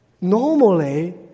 normally